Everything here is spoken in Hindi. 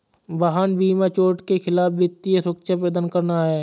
वाहन बीमा चोट के खिलाफ वित्तीय सुरक्षा प्रदान करना है